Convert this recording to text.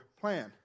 plan